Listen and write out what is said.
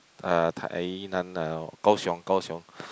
uh Tainan ah Kaohsiung